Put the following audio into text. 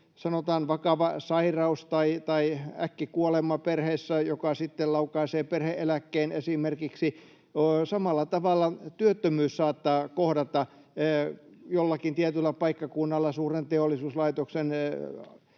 sanotaan, vakava sairaus tai äkkikuolema perheessä laukaisee esimerkiksi perhe-eläkkeen. Samalla tavalla työttömyys saattaa kohdata jollakin tietyllä paikkakunnalla suuren teollisuuslaitoksen